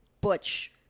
butch